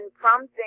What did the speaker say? prompting